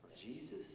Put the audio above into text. Jesus